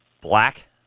Black